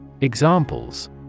Examples